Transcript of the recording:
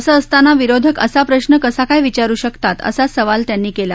असं असताना विरोधक असा प्रश्न कसा काय विचारु शकतात असा सवाल त्यांनी केला